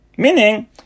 Meaning